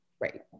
Right